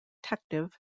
detective